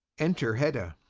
enter hedda